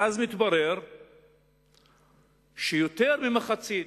ואז מתברר שיותר ממחצית,